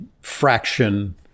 fraction